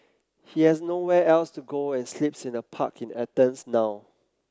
he has nowhere else to go and sleeps in a park in Athens now